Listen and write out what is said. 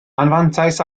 anfantais